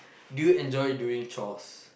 do you enjoy doing chores